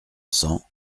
cents